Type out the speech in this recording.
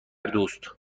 دوست